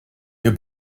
wir